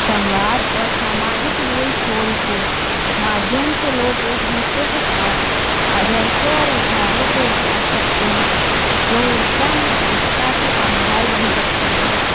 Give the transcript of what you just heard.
संवाद और सामाजिक मेल जोल के माध्यम से लोग एक दूसरे के साथ आदर्शों और विचारों के बाँट सकते हैं जो वविधता में एकता के आधार बन सकता है